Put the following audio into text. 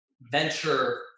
venture